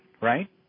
right